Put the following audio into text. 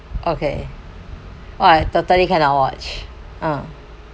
okay oh I totally cannot watch ah